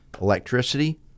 electricity